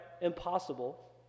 impossible